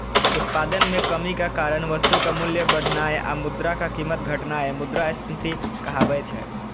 उत्पादन मे कमीक कारण वस्तुक मूल्य बढ़नाय आ मुद्राक कीमत घटनाय मुद्रास्फीति कहाबै छै